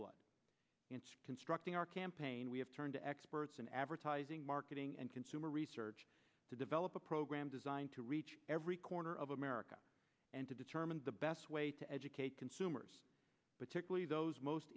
lifeblood constructing our campaign we have turned to experts in advertising marketing and consumer research to develop a program designed to reach every corner of america and to determine the best way to educate consumers particularly those most